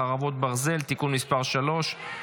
חרבות ברזל) (תיקון מס' 3),